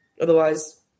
otherwise